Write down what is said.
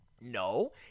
No